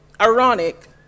Ironic